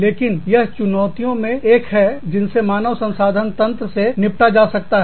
लेकिन यह चुनौतियों में एक है जिनसे मानव संसाधन सूचना तंत्र से निपटा जाता है